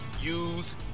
use